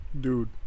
Dude